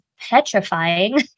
petrifying